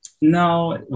No